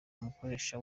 umukoresha